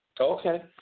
Okay